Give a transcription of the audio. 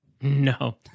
No